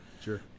Sure